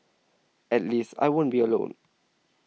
at least I won't be alone